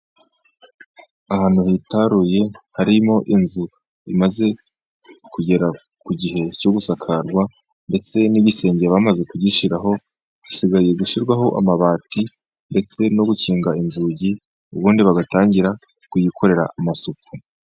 Ahantu hitaruye harimo inzu imaze kugera ku gihe cyo gusakarwa, ndetse n'igisenge bamaze kugishyiraho. Hasigaye gushyirwaho amabati, ndetse no gukinga inzugi, ubundi bagatangira kuyikorera amasuku.